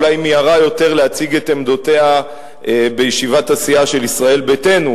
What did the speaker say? אולי היא מיהרה יותר להציג את עמדותיה בישיבת הסיעה של ישראל ביתנו,